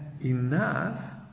enough